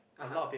(uh huh)